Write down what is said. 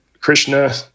Krishna